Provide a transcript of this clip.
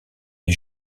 est